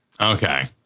Okay